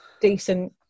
decent